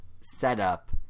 setup